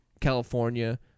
California